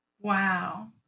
Wow